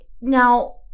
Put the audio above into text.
Now